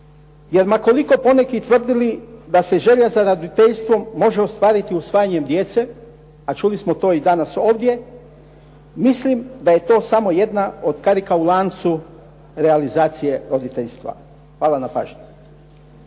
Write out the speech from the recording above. Jer ma koliko poneki tvrdili da se želja za roditeljstvo može ostvariti usvajanjem djece, a čuli smo to i danas ovdje, mislim da je to samo jedna od karika u lancu realizacije roditeljstva. Hvala na pažnji.